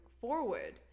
forward